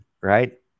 right